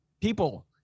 people